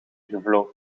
gevlogen